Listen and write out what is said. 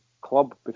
club